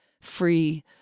free